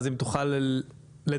אז אם תוכל לדייק.